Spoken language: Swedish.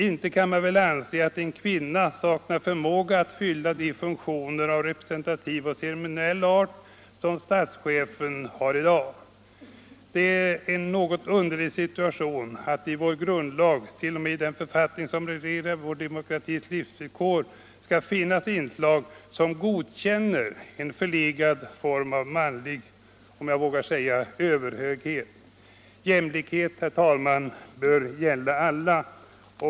Inte kan man väl anse att en kvinna saknar förmåga att fylla de funktioner av representativ och ceremoniell art som statschefen har i dag. Det är en något underlig situation att det i vår grundlag, dvs. den författning som reglerar vår demokratis livsvillkor, skall finnas inslag som godkänner en förlegad form av manlig - om jag vågar säga det — överhöghet. Jämlikhet, herr talman, bör gälla alla.